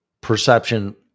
perception